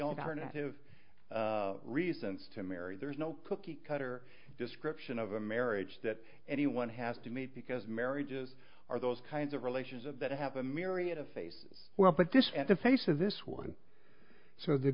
negative reasons to marry there's no cookie cutter description of a marriage that anyone has to meet because marriages are those kinds of relations of that have a myriad of face well but this at the face of this one so the